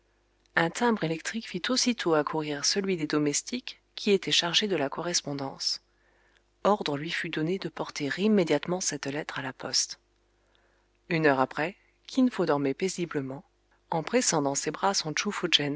un timbre électrique fit aussitôt accourir celui des domestiques qui était chargé de la correspondance ordre lui fut donné de porter immédiatement cette lettre à la poste une heure après kin fo dormait paisiblement en pressant dans ses bras son